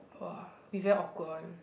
!wow! be very awkward one